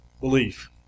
belief